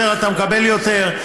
יותר אתה מקבל יותר.